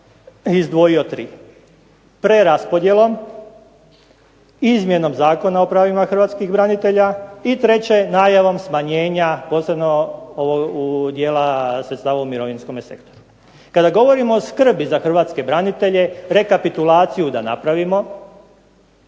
izdvojio 3. Preraspodjelom, izmjenom Zakona o pravima hrvatskih branitelja i treće najavom smanjenja, posebno dijela sredstava u mirovinskome sektoru. Kada govorimo o skrbi za hrvatske branitelje, rekapitulaciju da napravimo,